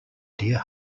dear